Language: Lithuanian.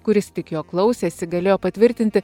kuris tik jo klausėsi galėjo patvirtinti